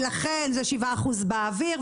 ולכן זה 7% באוויר,